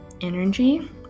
energy